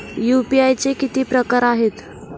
UPI चे किती प्रकार आहेत?